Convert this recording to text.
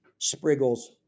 Spriggle's